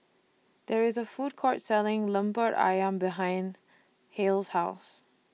There IS A Food Court Selling Lemper Ayam behind Hale's House